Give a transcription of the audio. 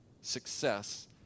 success